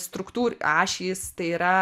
struktūr ašys tai yra